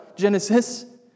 Genesis